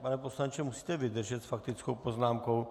Pane poslanče, musíte vydržet s faktickou poznámkou.